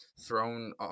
thrown